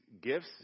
gifts